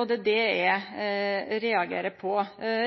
og det er dette eg reagerer på.